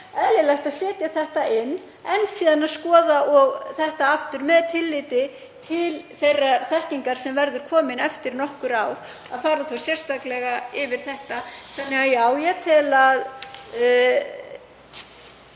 er eðlilegt að setja þetta inn en skoða það síðan aftur, með tilliti til þeirrar þekkingar sem verður komin eftir nokkur ár, að fara sérstaklega yfir þetta. Þannig að já, ég tel að